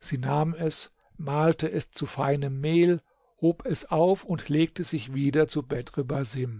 sie nahm es mahlte es zu feinem mehl hob es auf und legte sich wieder zu